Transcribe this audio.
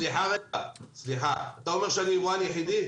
סליחה, אתה אומר שאני יבואן יחידי?